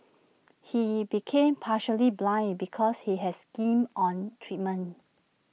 he became partially blind because he has skimmed on treatment